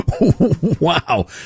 Wow